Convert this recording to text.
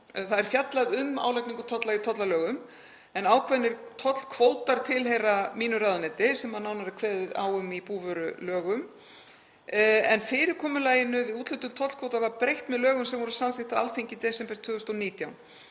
Það er fjallað um álagningu tolla í tollalögum en ákveðnir tollkvótar tilheyra mínu ráðuneyti sem nánar er kveðið á um í búvörulögum. Fyrirkomulaginu við úthlutun tollkvóta var breytt með lögum sem voru samþykkt á Alþingi í desember 2019.